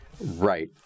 Right